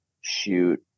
shoot